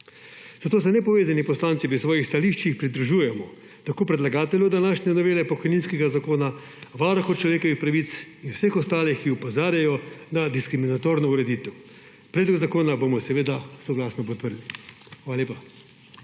Zato se nepovezani poslanci v svojih stališčih pridružujemo predlagatelju današnje novele pokojninskega zakona, Varuhu človekovih pravic in vsem ostalim, ki opozarjajo na diskriminatorno ureditev, predlog zakona bomo seveda soglasno podprli. Hvala lepa.